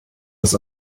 das